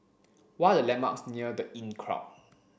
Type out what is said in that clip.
what are the landmarks near The Inncrowd